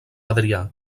adrià